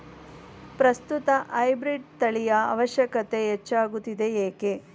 ಪ್ರಸ್ತುತ ಹೈಬ್ರೀಡ್ ತಳಿಯ ಅವಶ್ಯಕತೆ ಹೆಚ್ಚಾಗುತ್ತಿದೆ ಏಕೆ?